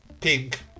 Pink